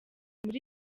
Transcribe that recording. muri